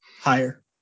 Higher